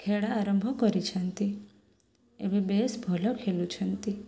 ଖେଳ ଆରମ୍ଭ କରିଛନ୍ତି ଏବେ ବେଶ ଭଲ ଖେଳୁଛନ୍ତି